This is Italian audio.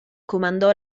comandò